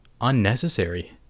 unnecessary